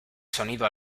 sonido